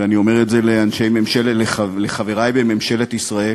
ואני אומר את זה לחברי בממשלת ישראל,